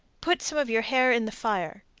put some of your hair in the fire.